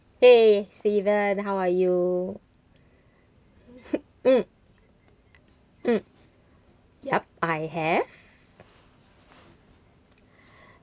eh steven how are you mm mm yup I have